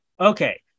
Okay